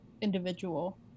individual